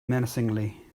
menacingly